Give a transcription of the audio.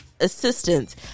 assistance